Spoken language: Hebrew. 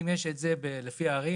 אם יש את זה לפי ערים,